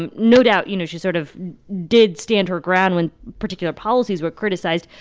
um no doubt, you know, she sort of did stand her ground when particular policies were criticized.